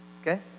Okay